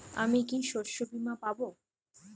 আমি কি শষ্যবীমা পাব?